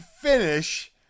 finish